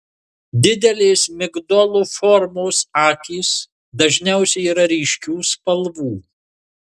didelės migdolo formos akys dažniausiai yra ryškių spalvų